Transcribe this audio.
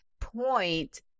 point